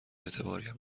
اعتباریم